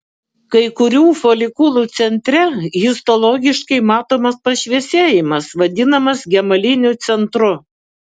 kai kurių folikulų centre histologiškai matomas pašviesėjimas vadinamas gemaliniu centru